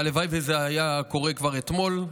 הלוואי שזה היה קורה כבר אתמול,